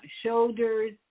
shoulders